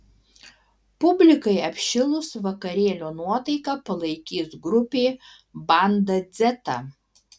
publikai apšilus vakarėlio nuotaiką palaikys grupė banda dzeta